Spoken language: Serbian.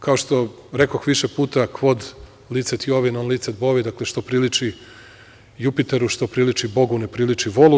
Kao što rekoh više puta: „Quod liced lovi, non liced bovi“, dakle - što priliči Jupiteru, što priliči Bogu, ne priliči volu.